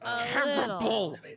Terrible